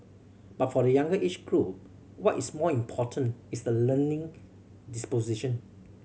but for the younger age group what is more important is the learning disposition